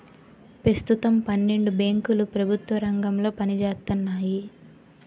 పెస్తుతం పన్నెండు బేంకులు ప్రెభుత్వ రంగంలో పనిజేత్తన్నాయి